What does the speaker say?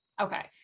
Okay